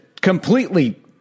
completely